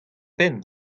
penn